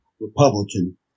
Republican